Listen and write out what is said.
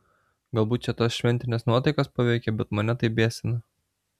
galbūt čia tos šventinės nuotaikos paveikė bet mane tai biesina